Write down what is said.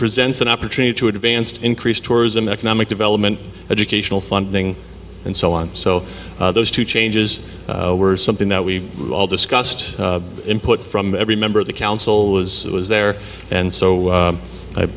presents an opportunity to advance to increase tourism economic development educational funding and so on so those two changes were something that we all discussed input from every member of the council was was there and so